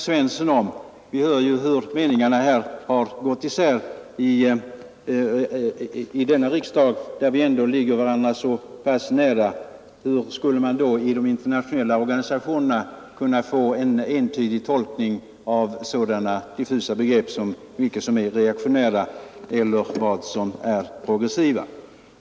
När, som vi har hört, meningarna i denna fråga går isär här i riksdagen, där vi ändå politiskt ligger varandra så pass nära, hur skulle man då i de internationella organisationerna kunna få en entydig tolkning av så diffusa begrepp som vilka länder som är reaktionära eller progressiva?